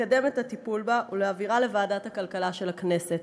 לקדם את הטיפול בה ולהעבירה לוועדת הכלכלה של הכנסת.